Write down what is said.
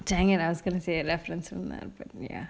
dang it I was gonna say it left from someone but ya